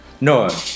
Noah